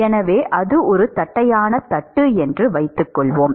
எனவே அது ஒரு தட்டையான தட்டு என்று வைத்துக்கொள்வோம்